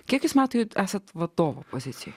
kiek metų esate vadovo pozicijoje